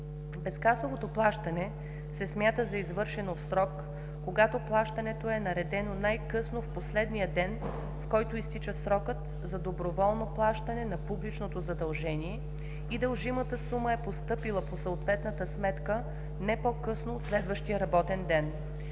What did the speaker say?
Безкасовото плащане се смята за извършено в срок, когато плащането е наредено най-късно в последния ден, в който изтича срокът за доброволно плащане на публичното задължение, и дължимата сума е постъпила по съответната сметка не по-късно от следващия работен ден.